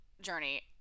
journey